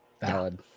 valid